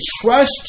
trust